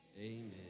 amen